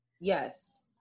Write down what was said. Yes